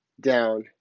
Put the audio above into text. down